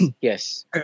Yes